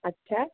আচ্ছা